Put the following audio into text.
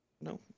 No